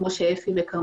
כפי שאמרו אפי וכרמית,